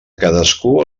cadascú